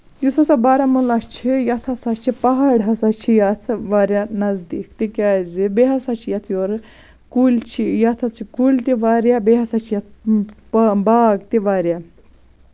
یُس ہسا بارہمولہ چھُ یَتھ ہسا چھِ پہاڑ ہسا چھِ یَتھ واریاہ نَزدیٖک تِکیازِ بیٚیہِ ہسا چھِ یَتھ یورٕ کُلۍ چھِ یَتھ حظ چھِ کُلۍ تہِ واریاہ بیٚیہِ ہسا چھِ یَتھ با باغ تہِ واریاہ